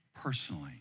personally